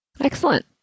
Excellent